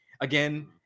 Again